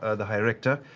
ah the high-richter,